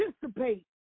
participate